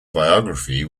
biography